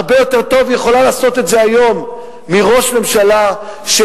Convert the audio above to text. הרבה יותר טוב היא יכולה לעשות את זה היום מראש ממשלה שקיבל,